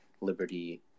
liberty